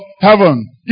heaven